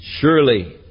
Surely